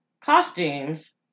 costumes